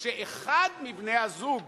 כשאחד מבני-הזוג